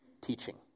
teaching